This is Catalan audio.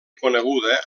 coneguda